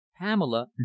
pamela